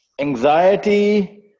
anxiety